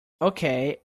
okay